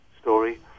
story